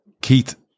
Keith